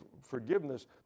forgiveness